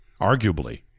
arguably